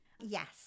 Yes